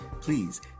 please